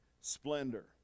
splendor